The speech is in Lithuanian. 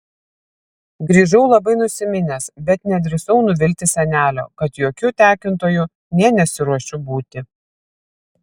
grįžau labai nusiminęs bet nedrįsau nuvilti senelio kad jokiu tekintoju nė nesiruošiu būti